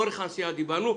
אורך הנסיעה דיברנו,